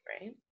Right